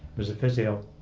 was the physio.